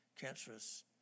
cancerous